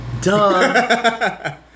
Duh